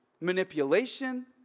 manipulation